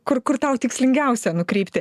kur kur tau tikslingiausia nukreipti